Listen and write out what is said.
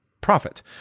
profit